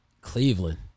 Cleveland